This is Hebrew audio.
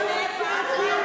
מ-פ-ח-דים.